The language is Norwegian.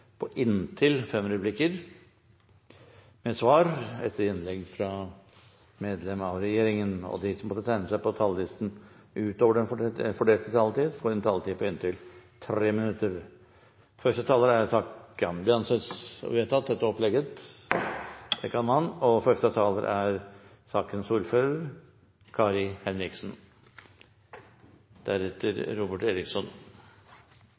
på inntil tre replikker med svar etter innlegg fra medlem av regjeringen innenfor den fordelte taletid, Videre blir det foreslått at de som måtte tegne seg på talerlisten utover den fordelte taletid, får en taletid på inntil 3 minutter. – Det anses vedtatt. Dette er en viktig dag. Hvis representanten Kolberg vil ut og